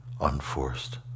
unforced